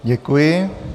Děkuji.